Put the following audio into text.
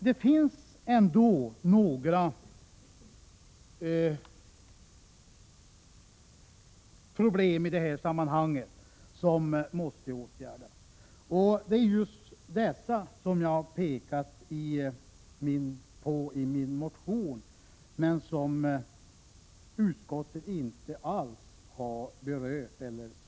Det finns ändå problem i detta sammanhang som måste åtgärdas. Dessa problem har jag pekat på i min motion, men utskottet har inte berört dem.